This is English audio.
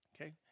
Okay